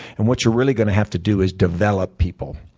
and what you're really going to have to do is develop people.